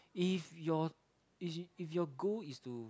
if your is if your goal is to